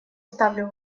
ставлю